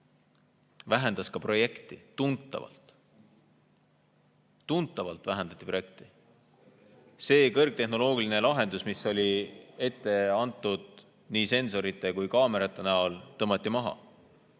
Vähendas ka projekti tuntavalt. Tuntavalt vähendati projekti. See kõrgtehnoloogiline lahendus, mis oli ette antud nii sensorite kui ka kaameratega, tõmmati maha.